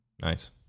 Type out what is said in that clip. Nice